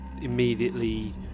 immediately